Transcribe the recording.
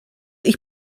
ich